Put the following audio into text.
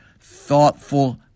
thoughtful